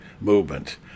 movement